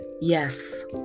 yes